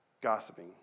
gossiping